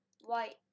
white